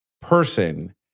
person